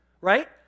right